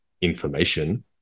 information